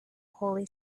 holy